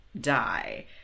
die